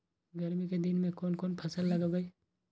गर्मी के दिन में कौन कौन फसल लगबई?